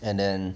and then